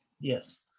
Yes